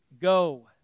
Go